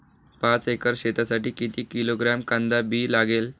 पाच एकर शेतासाठी किती किलोग्रॅम कांदा बी लागेल?